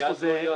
איפה זה עוצר.